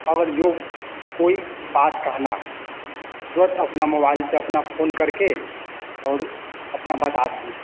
और जो कोई बात कहना है तुरंत अपना मोबाइल से अपना फोन करके और अपना बता दिए